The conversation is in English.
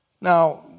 Now